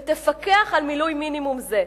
ותפקח על מילוי מינימום זה,